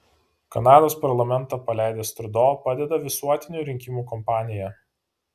kanados parlamentą paleidęs trudo pradeda visuotinių rinkimų kampaniją